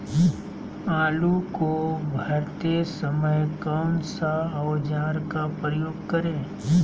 आलू को भरते समय कौन सा औजार का प्रयोग करें?